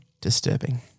Disturbing